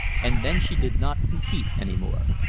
and then she did not compete any more.